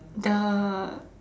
the